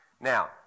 Now